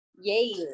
Yay